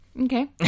Okay